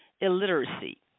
illiteracy